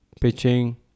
pitching